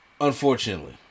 unfortunately